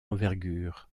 envergure